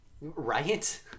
Right